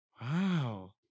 Wow